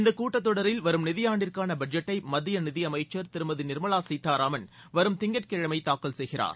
இந்தக் கூட்டத் தொடரில் வரும் நிதியாண்டிற்காள பட்ஜெட்டை மத்திய நிதியமைச்சர் திருமதி நிர்மலா சீதாராமன் வரும் திங்கட்கிழமை தாக்கல் செய்கிறார்